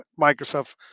Microsoft